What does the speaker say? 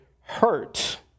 hurt